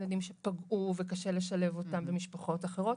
ילדים שפגעו וקשה לשלב אותם במשפחות אחרות.